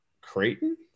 Creighton